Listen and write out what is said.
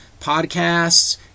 podcasts